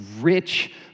rich